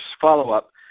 follow-up